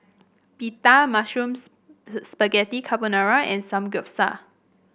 Pita Mushroom Spaghetti Carbonara and Samgyeopsal